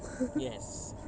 yes